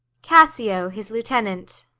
cassio, his lieutenant.